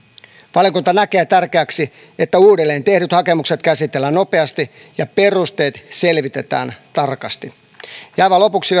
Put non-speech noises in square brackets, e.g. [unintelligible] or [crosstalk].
valiokunta näkee tärkeäksi että uudelleen tehdyt hakemukset käsitellään nopeasti ja perusteet selvitetään tarkasti puhemies aivan lopuksi [unintelligible]